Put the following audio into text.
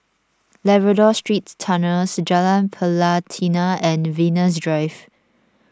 Labrador Secret Tunnels Jalan Pelatina and Venus Drive